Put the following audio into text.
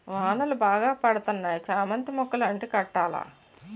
వానలు బాగా పడతన్నాయి చామంతి మొక్కలు అంటు కట్టాల